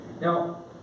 Now